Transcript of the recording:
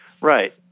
Right